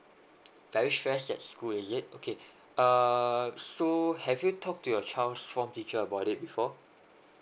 very stress at school is it okay uh so have talked to your child's form teacher about it before